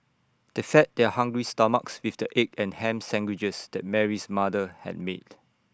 they fed their hungry stomachs with the egg and Ham Sandwiches that Mary's mother had made